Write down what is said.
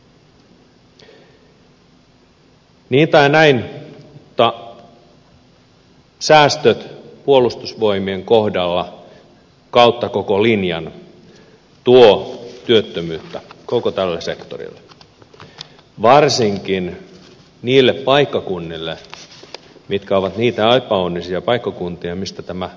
niin tai näin mutta säästöt puolustusvoimien kohdalla kautta koko linjan tuovat työttömyyttä koko tälle sektorille varsinkin niille paikkakunnille jotka ovat niitä epäonnisia paikkakuntia joista tämä varuskunta lakkautetaan